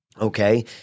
okay